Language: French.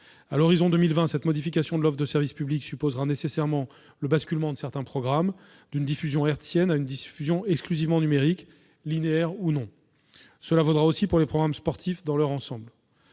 À horizon 2020, cette modification de l'offre de service public supposera nécessairement le basculement de certains programmes d'une diffusion hertzienne à une diffusion exclusivement numérique, linéaire ou non. Cela vaudra aussi pour les programmes sportifs dans leur ensemble.